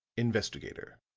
investigator,